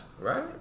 Right